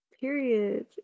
Period